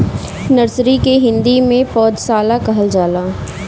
nursery के हिंदी में पौधशाला कहल जाला